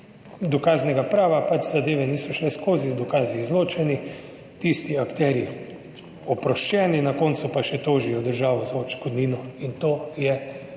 dokaznega prava pač zadeve niso šle skozi, z dokazi izločeni, tisti akterji, oproščeni, na koncu pa še tožijo državo za odškodnino in to je